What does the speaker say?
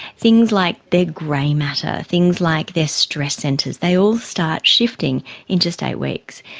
things like their grey matter, things like their stress centres, they all start shifting in just eight weeks.